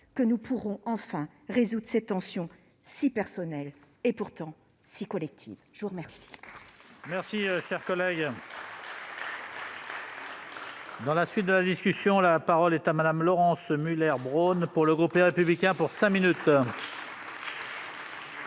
que nous pourrons enfin résoudre ces tensions si personnelles et, pourtant, si collectives. La parole